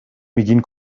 میگین